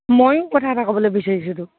ময়ো কথা এটা ক'বলৈ বিচাৰিছোঁ তোক